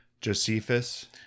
Josephus